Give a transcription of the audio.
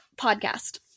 podcast